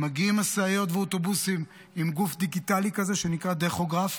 מגיעים משאיות ואוטובוסים עם גוף דיגיטלי כזה שנקרא טכוגרף,